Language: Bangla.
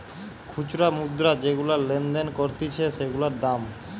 খুচরা মুদ্রা যেগুলা লেনদেন করতিছে সেগুলার দাম